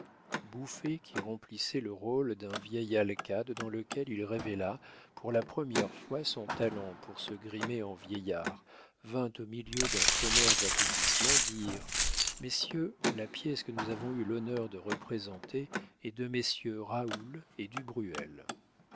bouffé qui remplissait le rôle d'un vieil alcade dans lequel il révéla pour la première fois son talent pour se grimer en vieillard vint au milieu d'un tonnerre d'applaudissements dire messieurs la pièce que nous avons eu l'honneur de représenter est de messieurs raoul et du